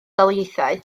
daleithiau